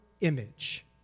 image